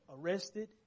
arrested